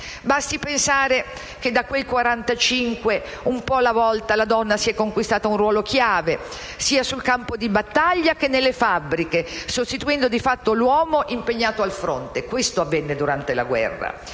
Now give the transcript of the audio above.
Basti pensare che, da quel 1945, un po' alla volta, la donna si è conquistata un ruolo chiave, sia sul campo di battaglia che nelle fabbriche, sostituendo di fatto l'uomo, impegnato al fronte. Questo è ciò che avvenne durante la guerra.